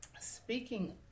speaking